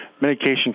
medication